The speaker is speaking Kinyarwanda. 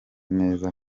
neza